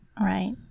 right